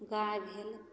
गाइ भेल